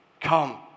come